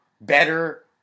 better